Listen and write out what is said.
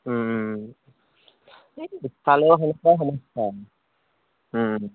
ইফালে সমস্যাই সমস্যা